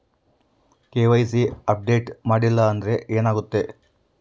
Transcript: KYC update ಮಾಡಿಲ್ಲ ಅಂದ್ರೆ ಏನಾಗುತ್ತೆ?